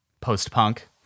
post-punk